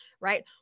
right